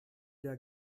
der